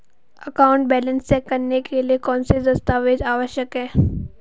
Account balance check करने के लिए कौनसे दस्तावेज़ आवश्यक हैं?